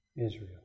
Israel